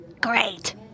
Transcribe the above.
Great